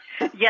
Yes